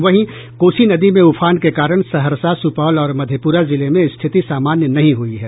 वहीं कोसी नदी में उफान के कारण सहरसा सुपौल और मधेपुरा जिले में स्थिति सामान्य नहीं हुई है